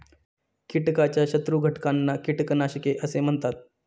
कीटकाच्या शत्रू घटकांना कीटकनाशके असे म्हणतात